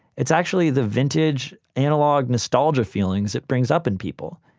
it's actually the vintage analog nostalgia feelings it brings up in people.